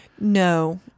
No